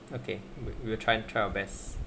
okay wait we'll we will try and try our best